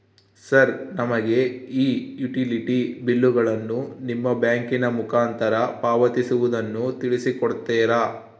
Sir ನಮಗೆ ಈ utility ಬಿಲ್ಲುಗಳನ್ನು ನಿಮ್ಮ ಬ್ಯಾಂಕಿನ ಮುಖಾಂತರ ಪಾವತಿಸುವುದನ್ನು ತಿಳಿಸಿ ಕೊಡ್ತೇರಾ?